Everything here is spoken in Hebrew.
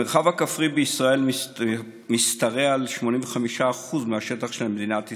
המרחב הכפרי בישראל משתרע על 85% מהשטח של מדינת ישראל.